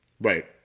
Right